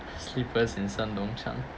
slippers in